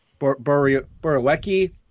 Borowiecki